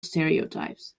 stereotypes